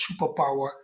superpower